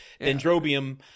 Dendrobium